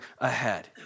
ahead